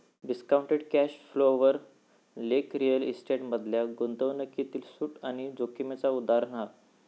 discounted cash flow वर लेख real estate मधल्या गुंतवणूकीतील सूट आणि जोखीमेचा उदाहरण हा